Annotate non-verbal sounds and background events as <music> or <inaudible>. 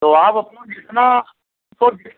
तो आप अपना जितना <unintelligible>